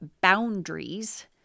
boundaries